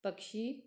पक्षी